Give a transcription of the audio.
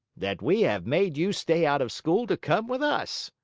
that we have made you stay out of school to come with us.